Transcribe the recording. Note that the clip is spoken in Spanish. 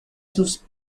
sus